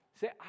say